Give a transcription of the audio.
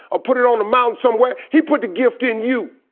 or put it on a mountain somewhere, he put the gift in you.